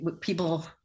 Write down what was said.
people